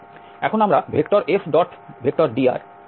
এখন আমরা F⋅dr কে সমাকলন করতে পারি